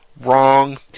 Wrong